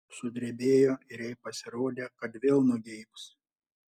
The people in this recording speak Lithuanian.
sudrebėjo ir jai pasirodė kad vėl nugeibs